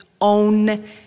own